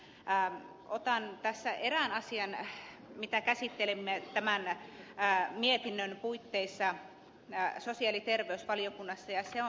otan tässä erään asian esille mitä käsittelimme tämän mietinnön puitteissa sosiaali ja terveysvaliokunnassa